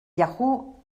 yahoo